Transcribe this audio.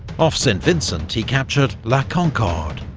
off st vincent, he captured la concorde,